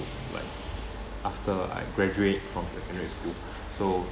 but after I graduate from secondary school so